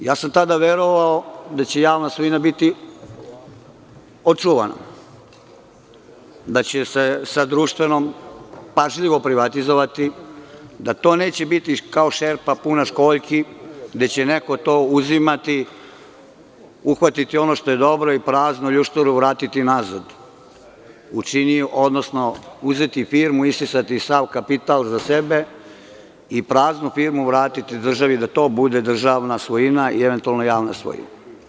Tada sam verovao da će javna svojina biti očuvana, da će se sa društvenom pažljivo privatizovati, da to neće biti kao šerpa puna školjki gde će neko to uzimati, uhvatiti ono što je dobro, a praznu ljušturu vratiti nazad, odnosno uzeti firmu, isisati sav kapital za sebe i praznu firmu vratiti državi da to bude državna svojina, eventualno javna svojina.